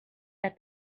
that